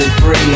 free